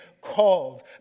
called